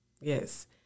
Yes